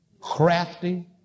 crafty